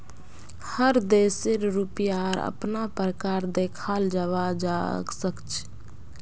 हर देशेर रुपयार अपना प्रकार देखाल जवा सक छे